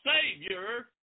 Savior